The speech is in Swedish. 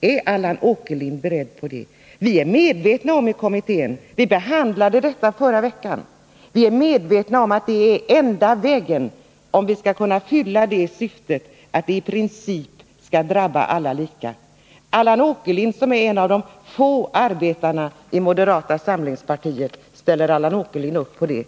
Är Allan Åkerlind beredd på det? Vi behandlade den här frågan i kommittén förra veckan, och vi är medvetna om att en lag av detta slag är enda vägen om vi skall fylla syftet att i princip alla skall drabbas lika. Allan Åkerlind är en av de få arbetarna i moderata samlingspartiet. Ställer Allan Åkerlind upp på detta?